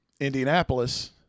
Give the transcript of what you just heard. Indianapolis